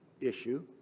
issue